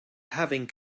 having